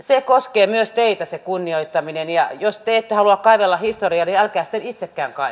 se koskee myös teitä se kunnioittaminen ja jos te ette halua kaivella historiaa käsite liitetään kai